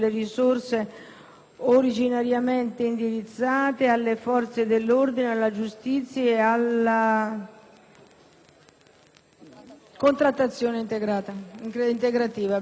originariamente indirizzate alle Forze dell'ordine, alla giustizia ed alla contrattazione integrativa.